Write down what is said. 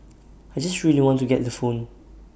I just really want to get the phone